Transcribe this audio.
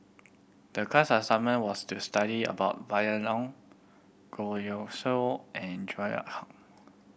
the class assignment was to study about Violet Oon Goh Siew and